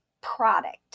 product